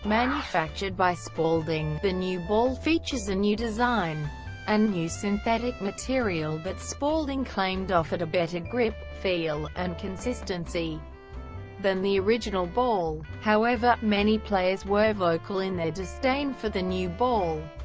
manufactured by spalding, the new ball featured a new design and new synthetic material that but spalding claimed offered a better grip, feel, and consistency than the original ball. however, many players were vocal in their disdain for the new ball,